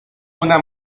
una